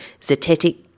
zetetic